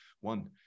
one